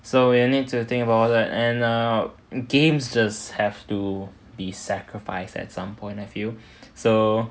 so you need to think about that and err games just have to be sacrificed at some point I feel so